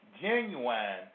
genuine